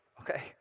Okay